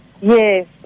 Yes